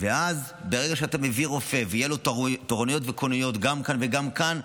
ואז ברגע שאתה מביא רופא ויהיו לו תורנויות וכוננויות גם כאן וגם כאן,